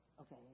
Okay